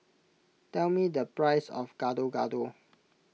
tell me the price of Gado Gado